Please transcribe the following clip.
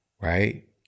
right